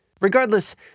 Regardless